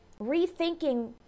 rethinking